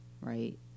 right